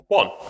one